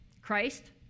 Christ